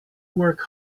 work